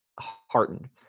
heartened